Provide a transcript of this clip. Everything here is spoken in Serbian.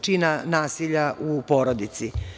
čina nasilja u porodici.